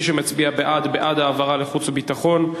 מי שמצביע בעד, בעד העברה לחוץ וביטחון,